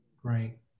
Great